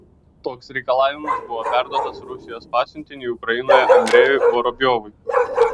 toks reikalavimas buvo perduotas rusijos pasiuntiniui ukrainoje andrejui vorobjovui